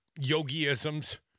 yogiisms